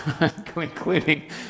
including